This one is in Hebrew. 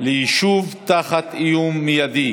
ליישוב תחת איום מיידי